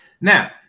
Now